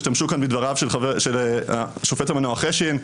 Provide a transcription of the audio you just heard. השתמשו כאן בדבריו של השופט המנוח חשין,